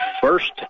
first